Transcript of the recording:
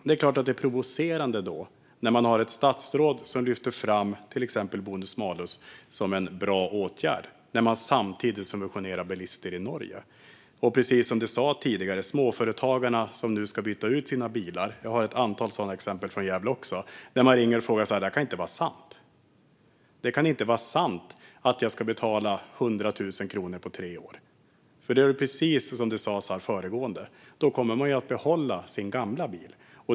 Det är klart att det då är provocerande att statsrådet lyfter fram till exempel bonus-malus som en bra åtgärd när man samtidigt subventionerar bilister i Norge. Småföretagare som nu ska byta ut sina bilar nämndes tidigare. Jag har ett antal sådana exempel från Gävle. Man ringer och undrar: Det kan inte vara sant att jag ska betala 100 000 kronor på tre år! Precis som sas i ett tidigare inlägg kommer man då att behålla sin gamla bil.